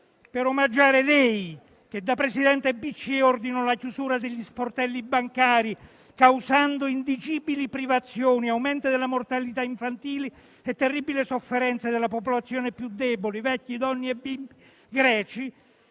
Per omaggiare lei che, da Presidente della BCE, ordinò la chiusura degli sportelli bancari causando indicibili privazioni, aumento della mortalità infantile e terribile sofferenza della popolazione più debole (vecchi, donne e bambini greci),